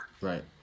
right